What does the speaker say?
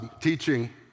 teaching